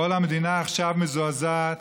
כל המדינה עכשיו מזועזעת